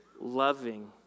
loving